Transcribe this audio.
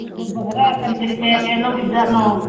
ꯑꯗꯨꯝꯕ ꯈꯔ ꯀꯔꯤ ꯀꯔꯤ ꯀꯌꯥ ꯀꯌꯥ ꯂꯧꯔꯤꯕ ꯖꯥꯠꯅꯣ